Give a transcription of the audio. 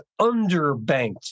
underbanked